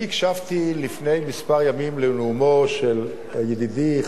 אני הקשבתי לפני כמה ימים לנאומו של ידידי,